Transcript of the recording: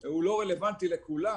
הוא לא רלוונטי לכולם,